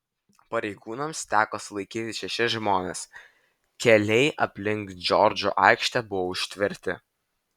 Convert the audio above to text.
pareigūnams teko sulaikyti šešis žmones keliai aplink džordžo aikštę buvo užtverti